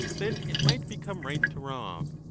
then it might become right to rob,